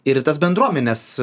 ir į tas bendruomenes